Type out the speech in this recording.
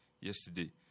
yesterday